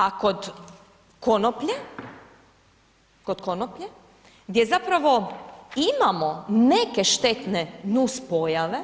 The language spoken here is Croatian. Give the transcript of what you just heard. A kod konoplje, gdje zapravo imamo neke štetne nuspojave,